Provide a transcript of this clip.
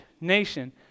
nation